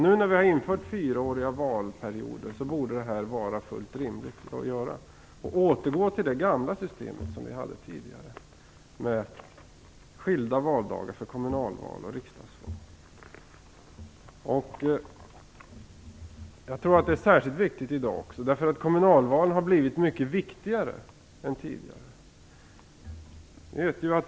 Nu när vi har infört fyraåriga valperioder borde det vara fullt rimligt att återgå till det system som vi hade tidigare med skilda valdagar för kommunalval och riksdagsval. Jag tror att det är särskilt viktigt i dag då kommunalvalen har blivit mycket viktigare än tidigare.